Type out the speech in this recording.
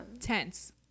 tense